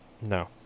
No